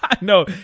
No